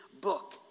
book